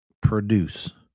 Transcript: produce